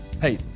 Hey